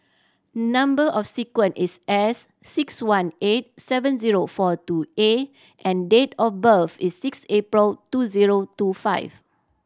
number sequence is S six one eight seven zero four two A and date of birth is six April two zero two five